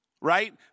right